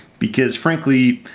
because frankly,